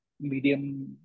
medium